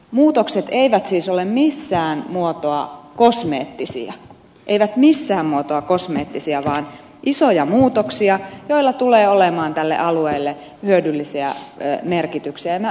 muutokset eivät siis ole missään muotoa kosmeettisia eivät missään muotoa kosmeettisia vaan isoja muutoksia joilla tulee olemaan tälle alueelle hyödyllisiä merkityksiä